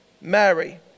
Mary